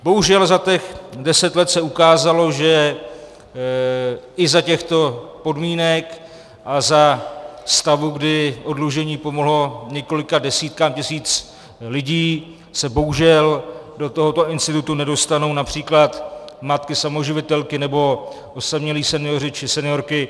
Bohužel za těch deset let se ukázalo, že i za těchto podmínek a za stavu, kdy oddlužení pomohlo několika desítkám tisíc lidí, se bohužel do tohoto institutu nedostanou například matky samoživitelky nebo osamělí senioři či seniorky.